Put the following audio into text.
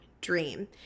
dream